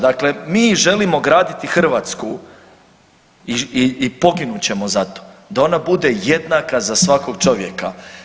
Dakle, mi želimo graditi Hrvatsku i poginut ćemo za to, da ona bude jednaka za svakog čovjeka.